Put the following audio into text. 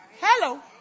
Hello